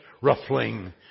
ruffling